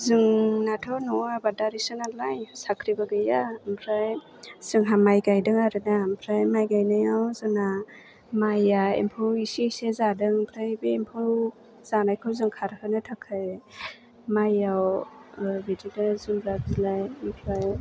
जोंनाथ' न'आव आबादारिसो नालाय साख्रिबो गैया ओमफ्राय जोंहा माय गायदों आरोना ओमफ्राय माय गायनायाव जोंना माया एम्फौ एसे एसे जादों ओमफ्राय बे एम्फौ जानायखौ जों खारहोनो थाखाय मायआव बिदिनो जुमब्रा बिलाय ओमफ्राय